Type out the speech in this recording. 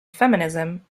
feminism